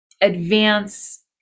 advance